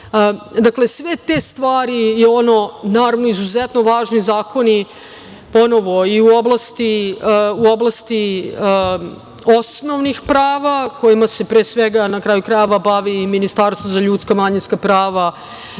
sve te stvari je ono, naravno izuzetno važni zakoni ponovo i u oblasti osnovnih prava kojima se pre svega na kraju krajeva bavi i Ministarstvo za ljudska i manjinska prava